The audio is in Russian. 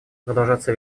продолжаться